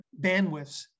bandwidths